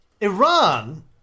Iran